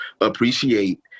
appreciate